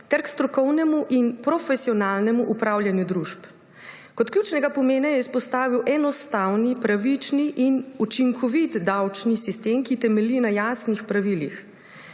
ter k strokovnemu in profesionalnemu upravljanju družb. Kot ključnega pomena je izpostavil enostaven, pravičen in učinkovit davčni sistem, ki temelji na jasnih pravilih.